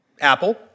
Apple